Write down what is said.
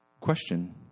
question